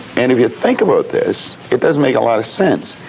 and if you think about this, it doesn't make a lot of sense,